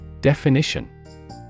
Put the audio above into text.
Definition